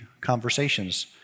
conversations